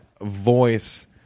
voice